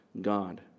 God